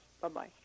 bye-bye